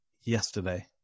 yesterday